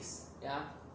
ya